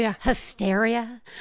hysteria